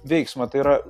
veiksmą tai yra